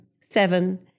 seven